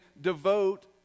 devote